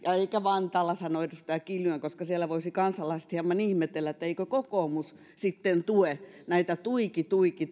eikä vantaalla sanoo edustaja kiljunen koska siellä voisivat kansalaiset hieman ihmetellä että eikö kokoomus tue näitä alueille tuiki tuiki